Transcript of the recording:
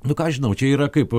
nu ką žinau čia yra kaip